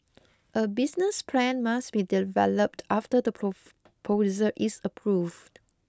a business plan must be developed after the prof is approved